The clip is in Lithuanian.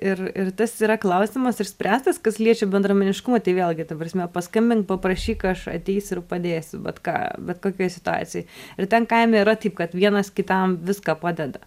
ir ir tas yra klausimas išspręstas kas liečia bendruomeniškumą tai vėlgi ta prasme paskambin paprašyk aš ateisiu ir padėsiu bet ką bet kokioj situacijoj ir ten kaime yra taip kad vienas kitam viską padeda